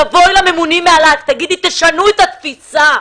תבואי לממונים מעליך ותבקשי לשנות את התפיסה.